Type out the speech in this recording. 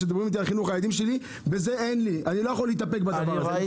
כשמדברים איתי על חינוך הילדים שלי אני לא יכול להתאפק בדברים האלה.